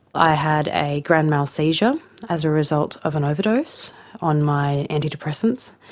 i had a grand mal seizure as a result of an overdose on my antidepressants.